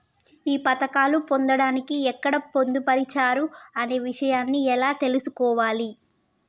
ఈ పథకాలు పొందడానికి ఎక్కడ పొందుపరిచారు అనే విషయాన్ని ఎలా తెలుసుకోవాలి?